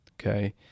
Okay